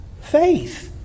faith